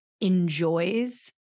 enjoys